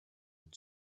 and